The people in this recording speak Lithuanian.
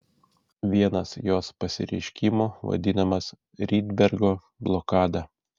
vienas jos pasireiškimų vadinamas rydbergo blokada